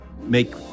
make